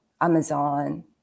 Amazon